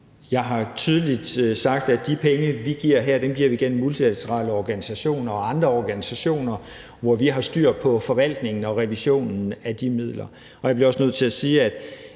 Jeg har tydeligt sagt, at de penge, vi giver her, giver vi gennem multilaterale organisationer og andre organisationer, hvor vi har styr på forvaltningen og revisionen af de midler. Jeg bliver også nødt til at sige, at